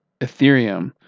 Ethereum